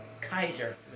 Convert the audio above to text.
Kaiser